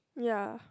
ya